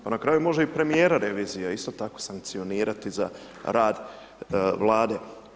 Pa na kraju može i premijera revizija isto tako sankcionirati za rad Vlade.